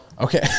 okay